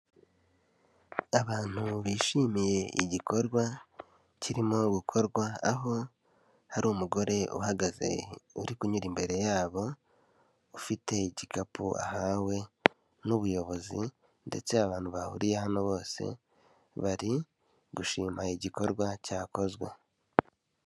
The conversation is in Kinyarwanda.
Abantu bishimiye igikorwa kirimo gukorwa, aho hari umugore uhagaze uri kunyura imbere yabo, ufite igikapu ahawe n'ubuyobozi ndetse abantu bahuriye hano bose bari gushima igikorwa cyakozwe.